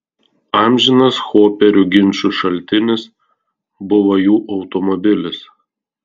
amžinas hoperių ginčų šaltinis buvo jų automobilis